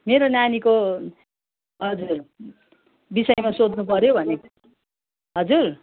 मेरो नानीको हजुर विषयमा सोध्नुपऱ्यो भनेर हजुर